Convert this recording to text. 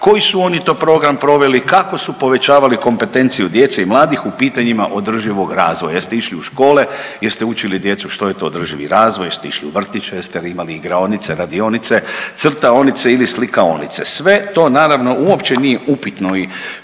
koji su oni to program proveli, kako su povećavali kompetenciju djece i mladih u pitanjima održivoga razvoja? Jeste išli u škole, jeste učili djecu što je to održivi razvoj, jeste išli u vrtiće, jeste li imali igraonice, radionice, crtaonice ili slikaonice? Sve to naravno uopće nije upitno i